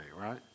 right